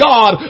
God